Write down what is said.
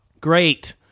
Great